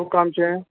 શું કામ છે